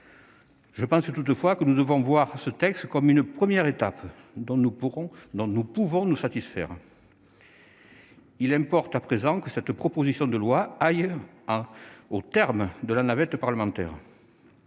Je pense toutefois que nous devons considérer ce texte comme une première étape dont nous pouvons nous satisfaire aujourd'hui. Il importe à présent que cette proposition de loi aille au terme de la navette parlementaire.